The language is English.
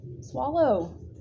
Swallow